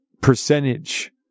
percentage